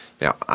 Now